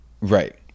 Right